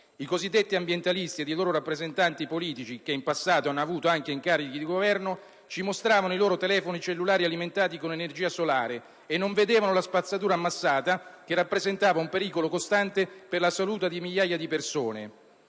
I cosiddetti ambientalisti ed i loro rappresentanti politici, che in passato hanno avuto anche incarichi di Governo, ci mostravano i loro telefoni cellulari alimentati con energia solare e non vedevano la spazzatura ammassata, che rappresentava un pericolo costante per la salute di migliaia di persone.